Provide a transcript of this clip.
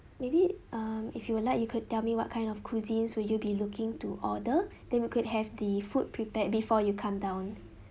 maybe um if you would like you could tell me what kind of cuisines will you be looking to order then we could have the food prepared before you come down